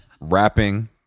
rapping